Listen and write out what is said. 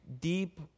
deep